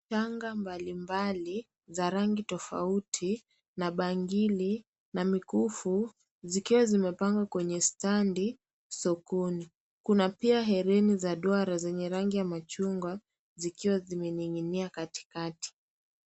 Shanga mbalimbali za rangi tofauti na bangili, na mikufu, zikiwa zimepangwa kwenye standi sokoni. Kuna pia herini za duara zenye rangi ya machungwa, zikiwa zimeninginia katikati.